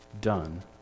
done